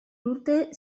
urte